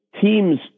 teams